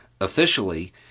Officially